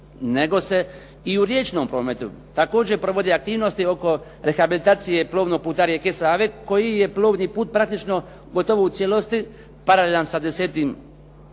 nego se i u riječnom prometu također provode aktivnosti oko rehabilitacije plovnog puta rijeke Save koji je plovni put praktično gotovo u cijelosti paralelan sa X.